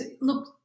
look